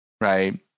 right